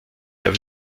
der